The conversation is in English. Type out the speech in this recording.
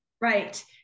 Right